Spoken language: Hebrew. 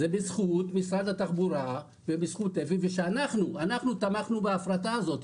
זה בזכות משרד התחבורה ושאנחנו תמכנו בהפרטה הזאת,